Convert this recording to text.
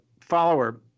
follower